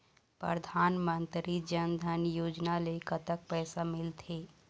परधानमंतरी जन धन योजना ले कतक पैसा मिल थे?